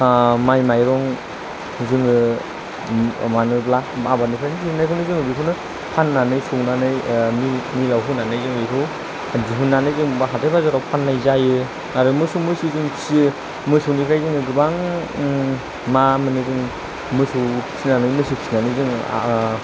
माइ माइरं जोङो मोनोब्ला आबादनिफ्रायनो दिहुननायखौनो जोङो बेखौनो फाननानै सौनानै मिलाव होनानै जों बेखौ दिहुननानै जों बा हाथाइ बाजारावफ्राव फाननाय जायो आरो मोसौ मैसो जों फियो मोसौनिफ्राय जों गोबां मा मोनो जों मोसौ फिनानै मोसौ फिनानै जोङो